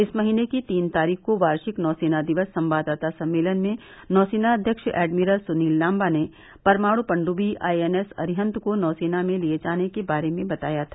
इस महीने की तीन तारीख को वार्षिक नौ सेना दिवस संवाददाता सम्मेलन में नौ सेना अध्यक्ष एडमिरल सुनील लांबा ने परमाणु पनडुबी आई एन एस अरिहन्त को नौसेना में लिये जाने के बारे में बताया था